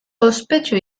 ospetsu